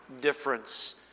difference